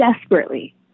Desperately